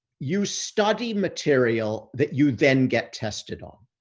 you study material that you then get tested on.